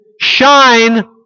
shine